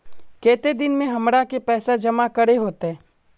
केते दिन में हमरा के पैसा जमा करे होते?